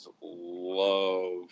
Love